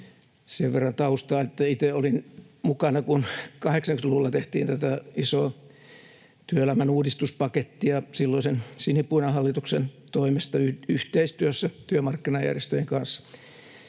Sen verran taustaa, että itse olin mukana, kun 80-luvulla tehtiin isoa työelämän uudistuspakettia silloisen sinipunahallituksen toimesta yhteistyössä työmarkkinajärjestöjen kanssa.